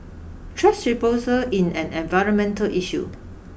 trash disposal in an environmental issue